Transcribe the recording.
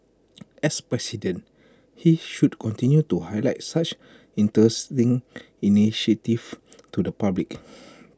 as president he should continue to highlight such interesting initiatives to the public